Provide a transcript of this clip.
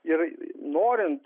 ir norint